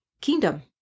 Kingdom